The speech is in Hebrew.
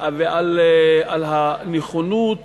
ועל הנכונות